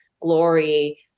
glory